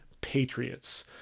Patriots